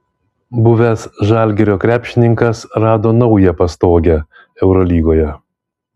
buvęs žalgirio krepšininkas rado naują pastogę eurolygoje